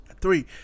Three